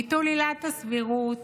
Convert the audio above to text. ביטול עילת הסבירות